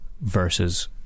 versus